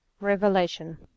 Revelation